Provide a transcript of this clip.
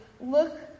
look